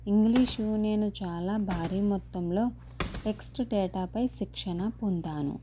English నేను చాలా భారీ మొత్తంలో టెక్స్ట్ డేటాపై శిక్షణ పొందాను